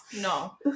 no